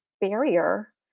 barrier